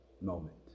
moment